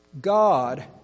God